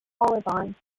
olivine